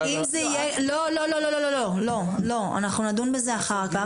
אנחנו נדון בזה אחר כך.